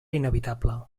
inevitable